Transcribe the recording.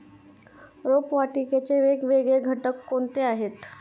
रोपवाटिकेचे वेगवेगळे घटक कोणते आहेत?